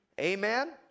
Amen